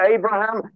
Abraham